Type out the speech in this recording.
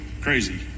crazy